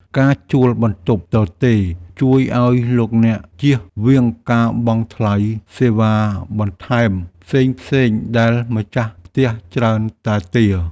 ការជួលបន្ទប់ទទេរជួយឱ្យលោកអ្នកជៀសវាងការបង់ថ្លៃសេវាបន្ថែមផ្សេងៗដែលម្ចាស់ផ្ទះច្រើនតែទារ។